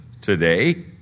today